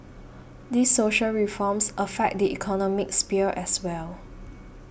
these social reforms affect the economic sphere as well